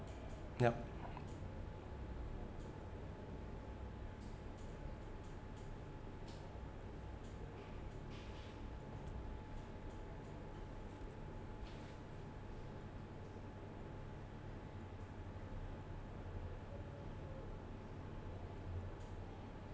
ya